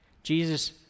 Jesus